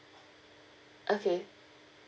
okay